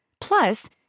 plus